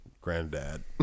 granddad